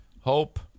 Hope